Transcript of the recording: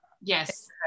Yes